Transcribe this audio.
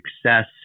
success